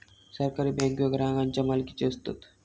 सहकारी बँको ग्राहकांच्या मालकीचे असतत